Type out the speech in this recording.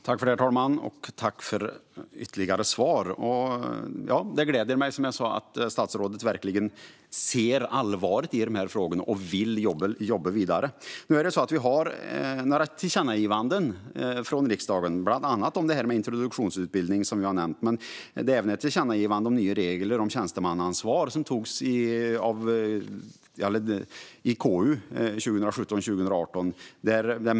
Herr talman! Tack, statsrådet, för ytterligare svar! Det gläder mig som sagt att statsrådet verkligen ser allvaret i dessa frågor och vill jobba vidare. Vi har några tillkännagivanden från riksdagen, bland annat om introduktionsutbildning, som vi har nämnt. Det finns även ett tillkännagivande om nya regler om tjänstemannaansvar, som behandlades i KU 2017/18.